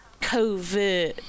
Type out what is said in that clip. covert